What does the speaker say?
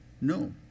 no